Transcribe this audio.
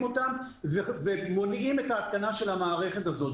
אותם ומונעים את ההתקנה של המערכת הזו.